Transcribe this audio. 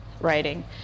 writing